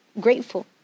grateful